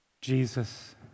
Jesus